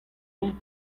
hont